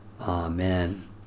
Amen